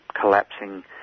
collapsing